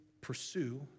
pursue